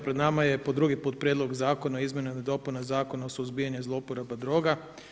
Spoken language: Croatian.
Pred nama je po drugi put prijedlog Zakona o izmjenama i dopuna Zakona o suzbijanje zlouporaba droga.